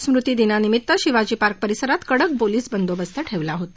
स्मृतिदिनानिमित्त शिवाजीपार्क परिसरात कडक पोलीस बंदोबस्त ठेवला होता